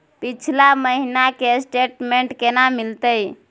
पिछला महीना के स्टेटमेंट केना मिलते?